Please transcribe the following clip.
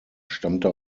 stammte